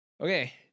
Okay